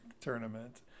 tournament